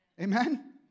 Amen